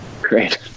Great